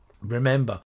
Remember